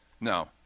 no